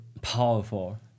powerful